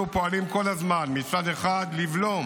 אנחנו פועלים כל הזמן מצד אחד לבלום